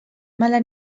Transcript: mala